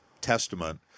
testament